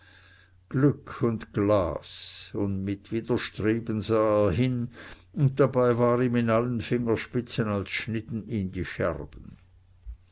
glück und glas und mit widerstreben sah er hin und dabei war ihm in allen fingerspitzen als schnitten ihn die scherben